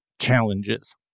challenges